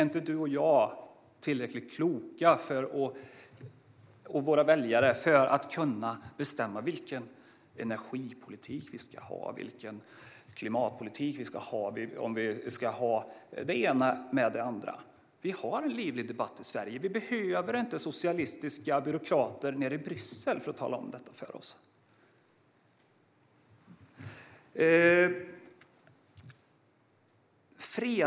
Är inte du och jag och våra väljare tillräckligt kloka för att kunna bestämma vilken energipolitik vi ska ha, vilken klimatpolitik vi ska ha och om vi ska ha det ena med det andra? Vi har en livlig debatt i Sverige. Vi behöver inte socialistiska byråkrater nere i Bryssel som talar om detta för oss.